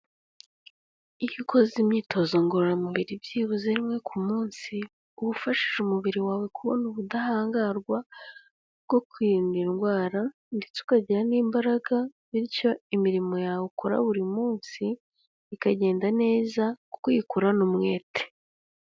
Iyo ukoze imyitozo ngororamubiri byibuze rimwe ku munsi, uba ufashije umubiri wawe kubona ubudahangarwa bwo kwirinda indwara ndetse ukagira n'imbaraga, bityo imirimo yawe ukora buri munsi ikagenda neza kuko uyikorana umwete.